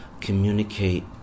communicate